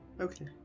Okay